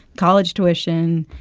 college tuition,